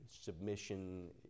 submission